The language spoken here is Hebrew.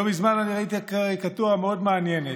לא מזמן ראיתי קריקטורה מאוד מעניינת,